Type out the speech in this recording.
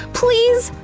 please!